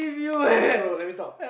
wait bro let me talk